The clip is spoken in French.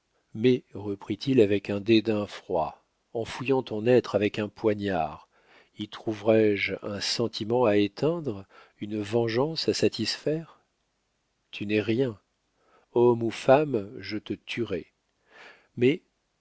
reprit-il avec un dédain froid en fouillant ton être avec un poignard y trouverais-je un sentiment à éteindre une vengeance à satisfaire tu n'es rien homme ou femme je te tuerais mais